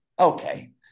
okay